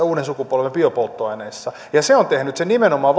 uuden sukupolven biopolttoaineissa kun se on tehnyt sen nimenomaan